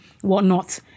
whatnot